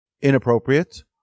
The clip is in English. inappropriate